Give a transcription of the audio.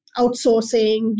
outsourcing